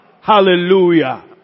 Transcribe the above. Hallelujah